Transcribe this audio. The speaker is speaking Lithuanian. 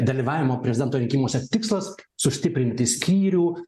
dalyvavimo prezidento rinkimuose tikslas sustiprinti skyrių